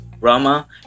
Rama